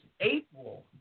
April